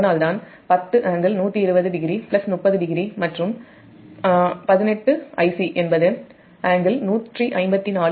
அதனால் தான் 10∟120o 30 ◦மற்றும் 18 Ic என்பது ∟154o1542400